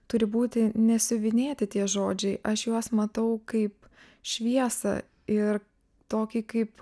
turi būti nesiuvinėti tie žodžiai aš juos matau kaip šviesą ir tokį kaip